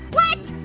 what,